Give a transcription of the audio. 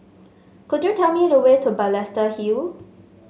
could you tell me the way to Balestier Hill